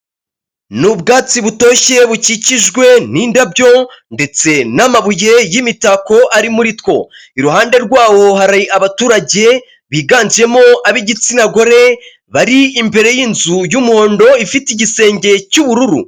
Ni ubwatsi butoshye bukikijwe n'indabyo ndetse n'amabuye y'imitako ari muri two, iruhande rwaho hari abaturage biganjemo abo igitsina gore bari imbere y’inzu y’umuhondo ifite igisenge cy'ubururu.